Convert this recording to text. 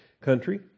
country